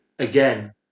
Again